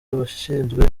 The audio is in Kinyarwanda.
abashinzwe